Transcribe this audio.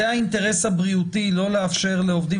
שהאינטרס הבריאותי הוא לא לאפשר לעובדים